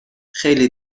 خیلی